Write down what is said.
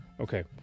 Okay